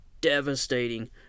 devastating